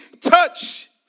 touch